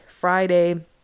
Friday